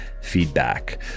feedback